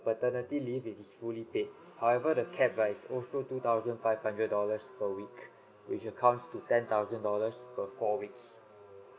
paternity leave it is fully paid however the cap right is also two thousand five hundred dollars per week which err comes to ten thousand dollars per four weeks